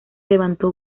levantó